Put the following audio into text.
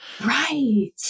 right